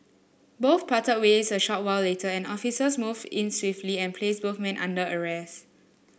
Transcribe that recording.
both parted ways a short while later and officers moved in swiftly and placed both men under arrest